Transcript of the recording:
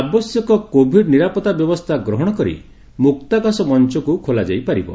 ଆବଶ୍ୟକ କୋଭିଡ୍ ନିରାପତ୍ତା ବ୍ୟବସ୍କା ଗ୍ରହଶ କରି ମୁକ୍ତାକାଶ ମଞ୍ଚକୁ ଖୋଲାଯାଇ ପାରିବ